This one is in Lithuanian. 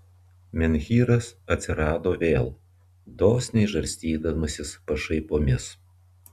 menhyras atsirado vėl dosniai žarstydamasis pašaipomis